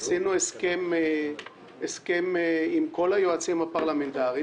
עשינו הסכם עם כל היועצים הפרלמנטריים